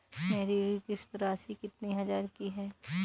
मेरी ऋण किश्त राशि कितनी हजार की है?